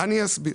אני אסביר.